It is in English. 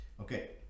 Okay